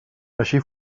així